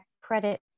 credit